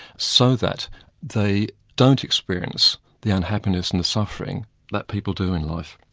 so that they don't experience the unhappiness and the suffering that people do in life.